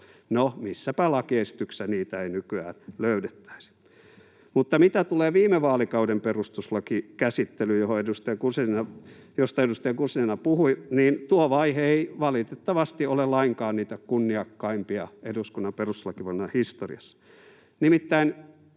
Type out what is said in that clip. No, mistäpä lakiesityksestä niitä ei nykyään löydettäisi. Mutta mitä tulee viime vaalikauden perustuslakikäsittelyyn, josta edustaja Guzenina puhui, niin tuo vaihe ei valitettavasti ole lainkaan niitä kunniakkaimpia eduskunnan perustuslakivaliokunnan historiassa.